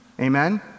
amen